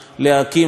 לתמוך,